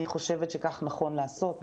אני חושבת שכך נכון לעשות.